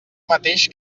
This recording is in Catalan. mateix